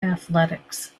athletics